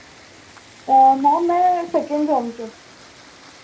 ma'am में second same च